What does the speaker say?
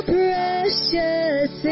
precious